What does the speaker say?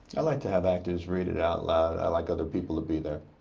i like to have actors read it out loud. i like other people to be there.